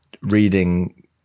reading